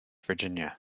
virginia